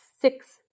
six